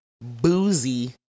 boozy